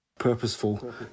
Purposeful